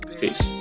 Peace